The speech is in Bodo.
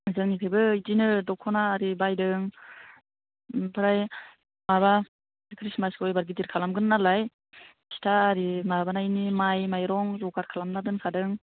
जोंनिथिंबो बिदिनो दख'ना आरि बायदों ओमफ्राय माबा ख्रिस्टमासखौ एबारै गिदिर खालामगोन नालाय फिथा आरि माबानायनि माइ माइरं जगार खालामना दोनखादों